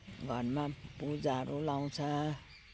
घरमा पूजाहरू लगाउँछ